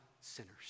sinners